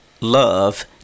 love